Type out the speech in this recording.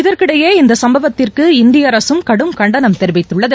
இதற்கிடையே இந்த சும்பவத்திற்கு இந்திய அரசும் கடும் கண்டனம் தெரிவித்துள்ளது